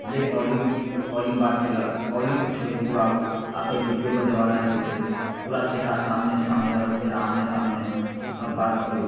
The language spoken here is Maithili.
ले कॉलिङ्ग कॉलिङ्ग बात केलक कॉलिङ्गके छोड़ि दिऔ आब आब तऽ वीडिओ कॉल जमाना आबि गेलै पूरा चेहरा सामने सामने रहत चेहरा आमने सामने तब बात करू